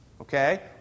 okay